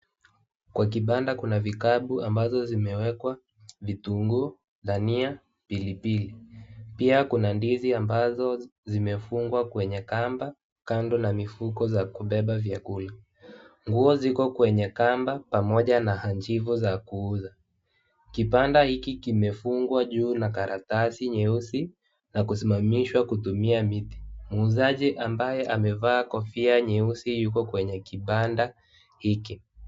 Kwa kibanda kuna vikapu ambazo zimewekwa, vitunguu, dania, pilipili, pia kuna ndizi ambazo zimefungwa kwenye kamba, kando na mifuko za kubeba vyakula, nguo ziko kwenye kamba pamoja na hanchifu na kuuza , kibanda hiki kimefungwa juu na karatasi nyeusi na kusimamishwa kutumia miti, muuzaji ambaye amevaa kofia nyeusi yuko kwenye kibanda hiki.